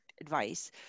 advice